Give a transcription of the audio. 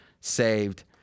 saved